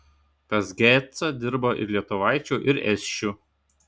pas gecą dirba ir lietuvaičių ir esčių